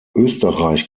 österreich